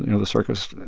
you know, the circus,